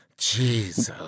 Jesus